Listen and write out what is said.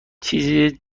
چیز